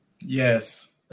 yes